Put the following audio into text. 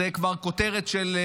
זו כבר כותרת של,